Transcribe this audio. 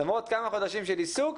למרות כמה חודשים של עיסוק,